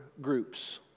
groups